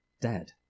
Dead